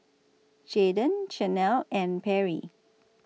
Jadon Chanelle and Perry